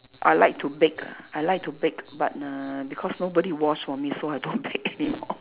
I like to bake I like to bake but uh because nobody wash for me so I don't bake anymore